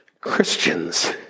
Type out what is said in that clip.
Christians